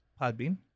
podbean